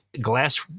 glass